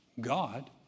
God